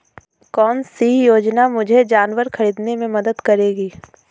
कौन सी योजना मुझे जानवर ख़रीदने में मदद करेगी?